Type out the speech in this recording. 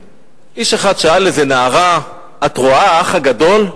ואיש אחד שאל איזו נערה: את רואה "האח הגדול"?